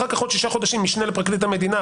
אחר כך עוד שישה חודשים משנה לפרקליט המדינה,